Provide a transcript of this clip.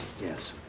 yes